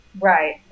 Right